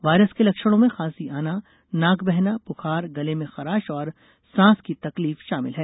virus के लक्षणों में खांसी आना नाक बहना बुखार गले में खराश और सांस की तकलीफ शामिल हैं